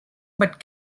but